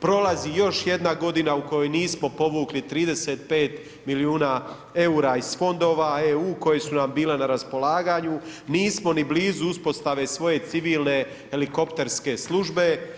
Prolazi još jedna godina u kojoj nismo povukli 35 milijuna eura iz fondova EU koji su nam bila na raspolaganju, nismo ni blizu uspostave svoje civilne helikopterske službe.